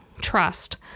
trust